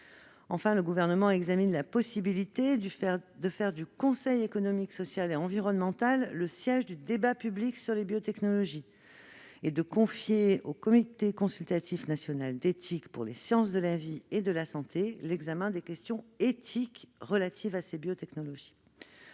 Enfin, le Gouvernement examine la possibilité de faire du Conseil économique social et environnemental le siège du débat public sur les biotechnologies et de confier au Comité consultatif national d'éthique pour les sciences de la vie et de la santé l'examen des questions éthiques qui leur sont relatives.